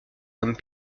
comme